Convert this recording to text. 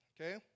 okay